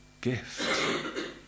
gift